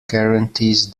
guarantees